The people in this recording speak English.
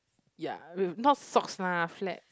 ya wait not socks lah flat